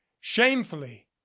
shamefully